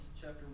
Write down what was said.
chapter